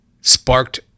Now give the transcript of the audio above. sparked